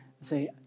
Say